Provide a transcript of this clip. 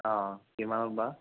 অ কিমান বা